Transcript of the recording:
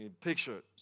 picture